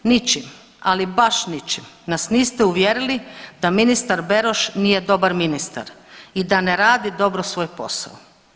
Ničim, ali baš ničim nas niste uvjerili da ministar Beroš nije dobar ministar i da ne dobro svoj posao.